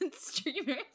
streamers